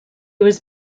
was